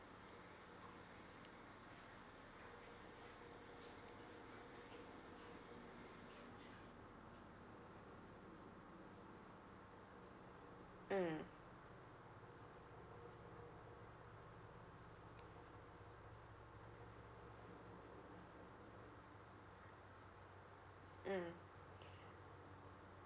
mm mm